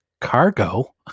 cargo